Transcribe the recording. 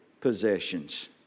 possessions